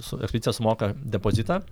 su ekspedicija sumoka depozitą